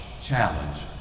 challenge